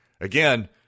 again